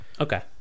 Okay